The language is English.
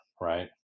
right